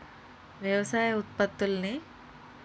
వ్యవసాయ ఉత్పత్తుల్ని